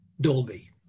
Dolby